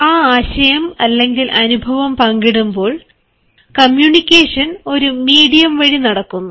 ആ ആശയം അല്ലെങ്കിൽ അനുഭവം പങ്കിടുമ്പോൾ കമ്മ്യൂണിക്കേഷൻ ഒരു മീഡിയം വഴി നടക്കുന്നു